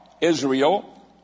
Israel